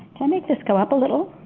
can i make this go up a little?